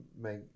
make